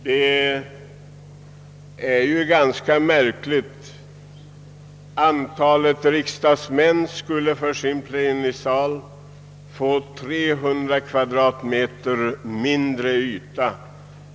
Det är ganska märkligt, särskilt som riksdagsmännen för sin plenisal skulle få en 300 kvadratmeter mindre yta.